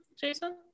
jason